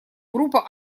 группа